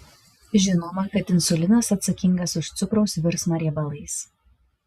žinoma kad insulinas atsakingas už cukraus virsmą riebalais